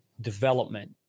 development